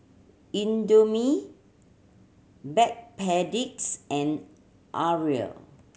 Indomie Backpedic and Arai